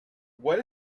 what